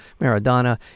Maradona